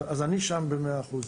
אז אנחנו שם במאה אחוז.